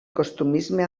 costumisme